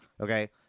okay